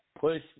push